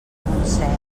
montseny